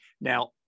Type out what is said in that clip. Now